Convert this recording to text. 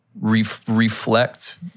reflect